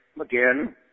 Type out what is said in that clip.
again